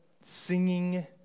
singing